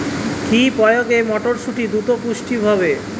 কি প্রয়োগে মটরসুটি দ্রুত পুষ্ট হবে?